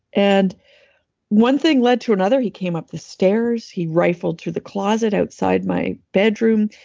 and one thing led to another. he came up the stairs. he rifled through the closet outside my bedroom.